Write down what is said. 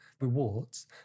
rewards